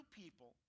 people